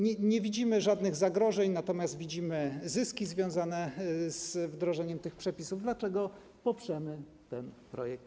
Nie widzimy żadnych zagrożeń, natomiast widzimy zyski związane z wdrożeniem tych przepisów, dlatego poprzemy ten projekt.